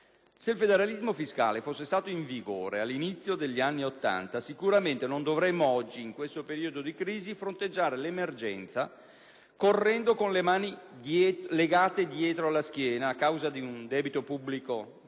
Se il federalismo fiscale fosse stato in vigore all'inizio degli anni Ottanta sicuramente non dovremmo oggi, in questo periodo di crisi, fronteggiare l'emergenza correndo con le mani legate dietro alla schiena, a causa di un debito pubblico che